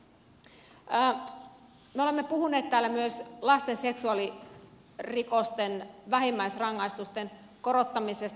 me olemme puhuneet täällä myös lapsiin kohdistuneiden seksuaalirikosten vähimmäisrangaistusten korottamisesta